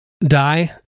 die